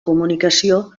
comunicació